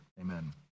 Amen